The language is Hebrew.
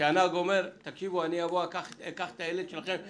שהנהג אומר: אני אבוא לקחת את הילד שלכם ב-07:30.